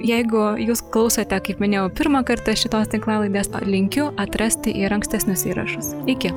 jeigu jūs klausote kaip minėjau pirmą kartą šitos tinklalaidės linkiu atrasti ir ankstesnius įrašus iki